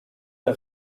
der